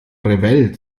revell